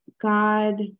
God